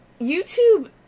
YouTube